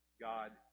God